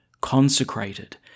consecrated